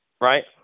Right